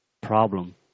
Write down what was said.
problem